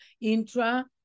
intra-